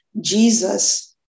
Jesus